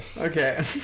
Okay